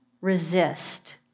resist